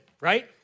right